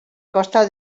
costa